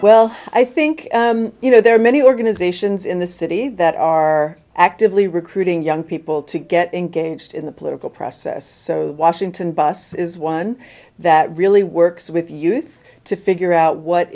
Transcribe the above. well i think you know there are many organizations in the city that are actively recruiting young people to get engaged in the political process so washington bus is one that really works with youth to figure out what